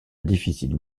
difficile